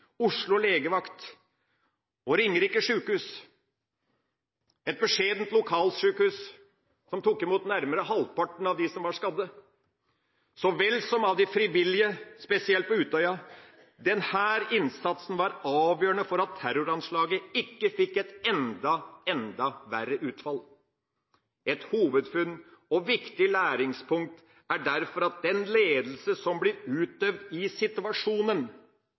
Oslo legevakt og ved Ringerike sykehus – et beskjedent lokalsjukehus som tok imot nærmere halvparten av dem som var skadd, så vel som av de frivillige, spesielt på Utøya – avgjørende for at terroranslaget ikke fikk et enda verre utfall. Et hovedfunn og viktig læringspunkt er derfor at den ledelse som blir utøvd i situasjonen,